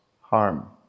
harm